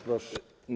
Proszę.